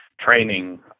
training